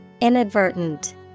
Inadvertent